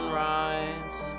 rides